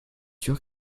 sûr